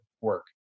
work